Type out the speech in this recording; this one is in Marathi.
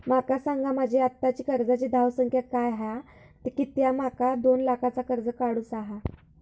माका सांगा माझी आत्ताची कर्जाची धावसंख्या काय हा कित्या माका दोन लाखाचा कर्ज काढू चा हा?